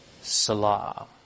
Salah